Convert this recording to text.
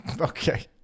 okay